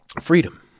Freedom